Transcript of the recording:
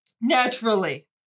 Naturally